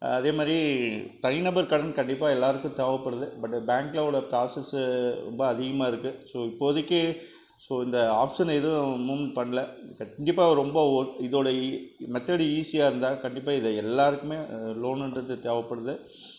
அதேமாதிரி தனிநபர் கடன் கண்டிப்பாக எல்லோருக்கும் தேவைப்படுது பட் பேங்கோட ப்ராசஸு ரொம்ப அதிகமாக இருக்கு ஸோ இப்போதைக்கி ஸோ இந்த ஆப்ஷன் எதுவும் மூவ் பண்ணல இது கண்டிப்பாக ரொம்ப இதோட மெத்தர்டு ஈஸியாக இருந்தால் கண்டிப்பாக இது எல்லோருக்குமே லோனுன்றது தேவைப்படுது